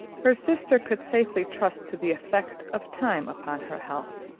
her sister could safely trust to the effect of time upon her health.